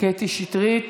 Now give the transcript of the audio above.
קטי שטרית,